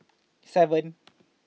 seven